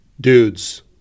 dudes